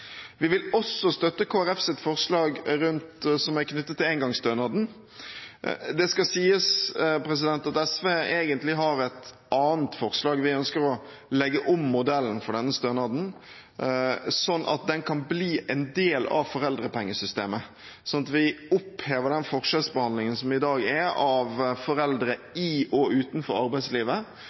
Vi vil også støtte Kristelig Folkepartis forslag som er knyttet til engangsstønaden. Det skal sies at SV egentlig har et annet forslag. Vi ønsker å legge om modellen for denne stønaden sånn at den kan bli en del av foreldrepengesystemet. Sånn vil vi oppheve den forskjellsbehandlingen som i dag er av foreldre i og utenfor arbeidslivet,